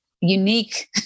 unique